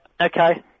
Okay